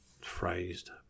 phrased